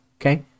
Okay